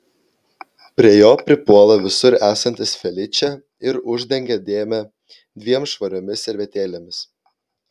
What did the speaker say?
prie jo pripuola visur esantis feličė ir uždengia dėmę dviem švariomis servetėlėmis